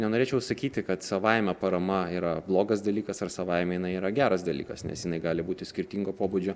nenorėčiau sakyti kad savaime parama yra blogas dalykas ar savaime jinai yra geras dalykas nes jinai gali būti skirtingo pobūdžio